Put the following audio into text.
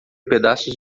pedaços